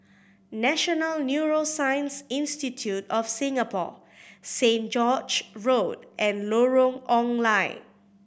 National Neuroscience Institute of Singapore Saint George Road and Lorong Ong Lye